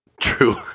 True